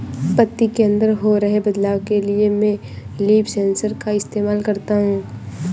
पत्ती के अंदर हो रहे बदलाव के लिए मैं लीफ सेंसर का इस्तेमाल करता हूँ